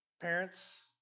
Parents